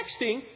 texting